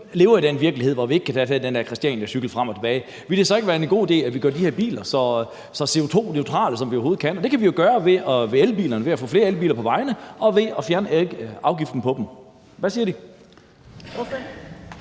lever i den virkelighed, hvor vi ikke kan tage den der Christianiacykel frem og tilbage, vil det så ikke være en god idé, at vi gør de her biler så CO2-neutrale, som vi overhovedet kan? Og det kan vi jo gøre ved at få flere elbiler på vejene og ved at fjerne afgiften på dem. Hvad siger